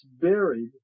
buried